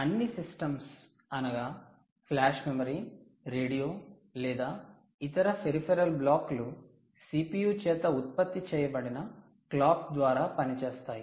అన్ని సిస్టమ్స్ అనగా flash memory radio లేదా ఇతర పెరిఫెరల్ బ్లాక్లు CPU చేత ఉత్పత్తి చేయబడిన క్లాక్ ద్వారా పనిచేస్తాయి